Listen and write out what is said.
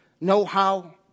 know-how